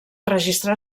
registrar